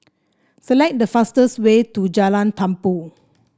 select the fastest way to Jalan Tumpu